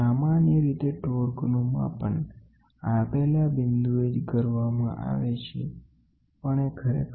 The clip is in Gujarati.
સામાન્ય રીતે ટોર્કનુ માપન આપેલા બિંદુ એ જ કરવામાં આવે છે પણ એ ખરેખર શક્ય નથી આ એક મહત્વનો નોંધ છે